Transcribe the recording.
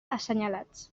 assenyalats